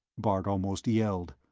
bart almost yelled.